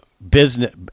Business